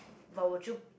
voucher